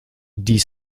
die